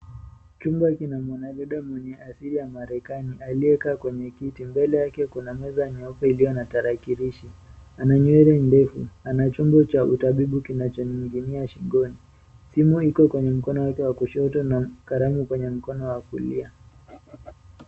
Chumba kina mwanadada mwenye asili ya marekani aliyekaa kwenye kiti. Mbele yake kuna meza nyeupe iliyo na tarakilishi . Ana nywele ndefu. Ana chombo cha utabibu kinachoning'inia shingoni . Simu iko kwenye mkono wake wa kushoto na kalamu kwenye mkono wa kulia.